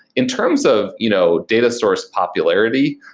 in terms of you know data source popularity,